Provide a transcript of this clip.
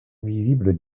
visible